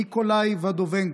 ניקולאי ודובנקו,